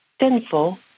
sinful